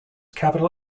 capital